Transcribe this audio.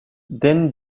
then